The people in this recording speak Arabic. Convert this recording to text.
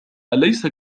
أليس